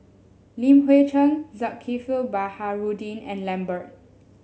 Li Hui Cheng Zulkifli Baharudin and Lambert